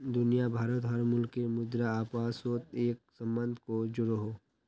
दुनिया भारोत हर मुल्केर मुद्रा अपासोत एक सम्बन्ध को जोड़ोह